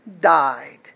died